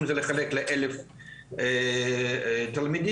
אם זה לחלק ל-1,000 תלמידים,